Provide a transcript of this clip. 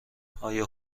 آیا